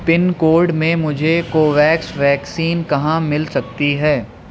پن code میں مجھے COVAX vaccine کہاں مل سکتی ہے